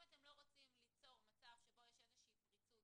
אם אתם לא רוצים ליצור מצב שיש איזושהי פריצות